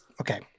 okay